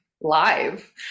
live